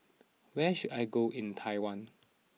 where should I go in Taiwan